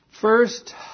First